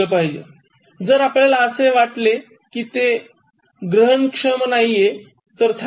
व जर आपल्याला असे वाटले की ते ग्रहणक्षम नाहीत तर थांबा